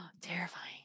terrifying